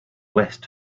west